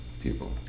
people